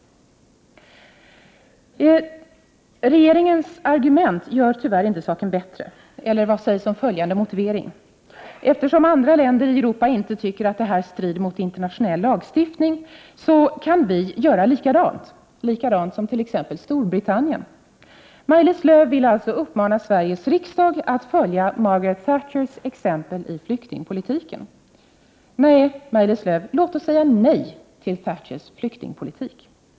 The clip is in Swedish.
Regeringens argument gör tyvärr inte saken bättre. Eller vad sägs om följande motivering: Eftersom andra länder i Europa inte tycker att detta strider mot internationell lagstiftning, kan vi göra likadant som de, likadant som t.ex. Storbritannien. Maj-Lis Lööw vill alltså uppmana Sveriges riksdag att följa Margaret Thatchers exempel i flyktingpolitiken. Nej, Maj-Lis Lööw, låt oss säga nej till Thatchers flyktingpolitik.